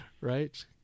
right